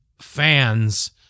fans